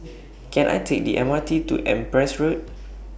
Can I Take The M R T to Empress Road